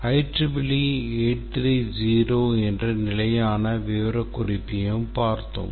IEEE 830 என்ற நிலையான விவரக்குறிப்பையும் பார்த்தோம்